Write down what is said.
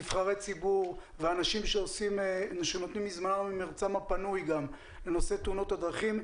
נבחרי ציבור ואנשים שנותנים ממרצם ומזמנם הפנוי גם לנושא תאונות הדרכים,